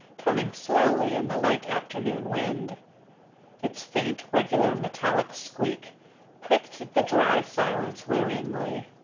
turning slowly in the light afternoon wind its faint regular metallic squeak pricked the dry silence wearingly.